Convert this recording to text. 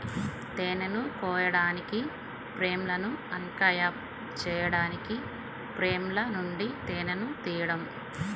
తేనెను కోయడానికి, ఫ్రేమ్లను అన్క్యాప్ చేయడానికి ఫ్రేమ్ల నుండి తేనెను తీయడం